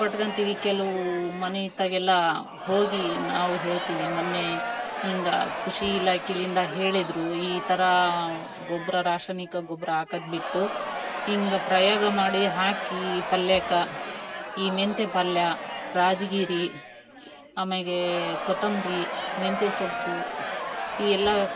ಕೊಟ್ಕೊತಿವಿ ಕೆಲವು ಮನೆತಾಗೆ ಎಲ್ಲ ಹೋಗಿ ನಾವು ಹೇಳ್ತಿವಿ ಮೊನ್ನೆ ಹಿಂಗೆ ಕೃಷಿ ಇಲಾಖೆಲಿಂದ ಹೇಳಿದರು ಈ ಥರಾ ಗೊಬ್ಬರ ರಾಸಾಯನಿಕ ಗೊಬ್ಬರ ಹಾಕೋದ್ ಬಿಟ್ಟು ಹಿಂಗ ಪ್ರಯೋಗ ಮಾಡಿ ಹಾಕಿ ಪಲ್ಯಾಕ ಈ ಮೆಂತೆ ಪಲ್ಯ ರಾಜ್ ಗಿರಿ ಆಮ್ಯಾಗೇ ಕೊತ್ತಂಬ್ರಿ ಮೆಂತೆ ಸೊಪ್ಪು ಈ ಎಲ್ಲ